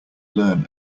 learn